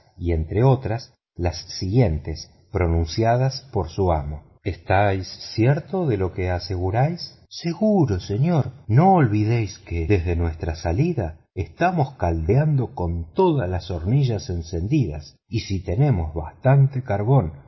y entre otras las siguientes pronunciadas por su amo estáis cierto de lo que aseguráis seguro señor no olvidéis que desde nuestra salida estamos caldeando con todas las hornillas encendidas y si tenemos bastante carbón